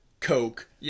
Coke